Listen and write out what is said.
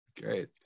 Great